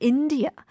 India